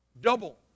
Double